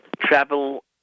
travel